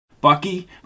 Bucky